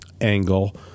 angle